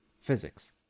physics